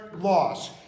loss